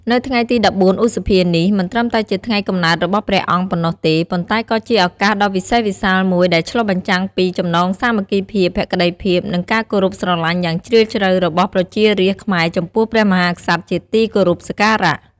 នៅថ្ងៃទី១៤ ឧសភា នេះ មិនត្រឹមតែជាថ្ងៃកំណើតរបស់ព្រះអង្គប៉ុណ្ណោះទេ ប៉ុន្តែក៏ជាឱកាសដ៏វិសេសវិសាលមួយដែលឆ្លុះបញ្ចាំងពី ចំណងសាមគ្គីភាព ភក្ដីភាព និងការគោរពស្រឡាញ់យ៉ាងជ្រាលជ្រៅ របស់ប្រជារាស្ត្រខ្មែរចំពោះព្រះមហាក្សត្រជាទីគោរពសក្ការៈ។